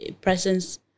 presence